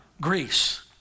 Greece